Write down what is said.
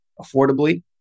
affordably